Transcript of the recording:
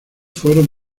fueron